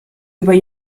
über